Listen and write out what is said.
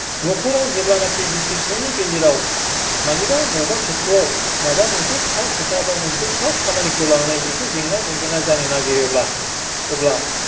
न'खराव जेब्लानोखि बिसि फिसायनि गेजेराव मानिबा बबेबा खेत्र'आव माबा मोनसे फिसा खोथा बा मोनसे फिसा खामानिखौ लानानै इसे जेंना जेंगोना जानो नागिरोब्ला अब्ला